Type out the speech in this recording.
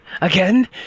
again